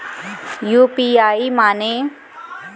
UPI माने?